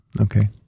Okay